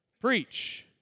preach